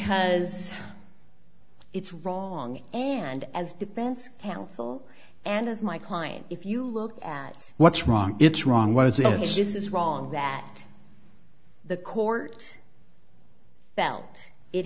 has it's wrong and as defense counsel and as my client if you look at what's wrong it's wrong what is it is this is wrong that the court felt it